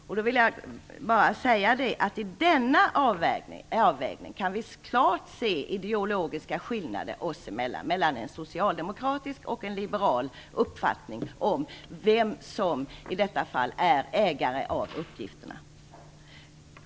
Jag vill då bara säga att vi i denna avvägning tydligt kan se ideologiska skillnader oss emellan, mellan en socialdemokratisk och en liberal uppfattning om vem som i detta fall är ägare av uppgifterna.